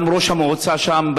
גם ראש המועצה שם,